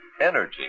energy